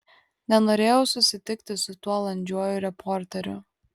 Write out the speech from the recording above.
nenorėjau susitikti su tuo landžiuoju reporteriu